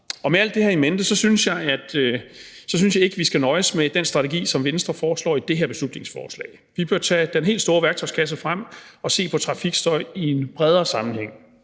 Med alt det her i mente synes jeg ikke, vi skal nøjes med den strategi, som Venstre foreslår i det her beslutningsforslag. Vi bør tage den helt store værktøjskasse frem og se på trafikstøj i en bredere sammenhæng.